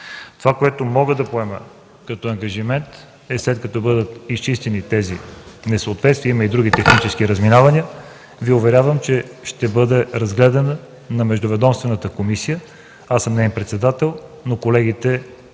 Това, което мога да поема като ангажимент. След като бъдат изчистени тези несъответствия, а има и други технически разминавания, Ви уверявам, че въпросът ще бъде разгледан от Междуведомствената комисия. Аз съм неин председател, но колегите